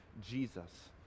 Jesus